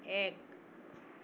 এক